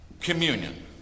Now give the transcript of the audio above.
communion